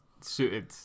suited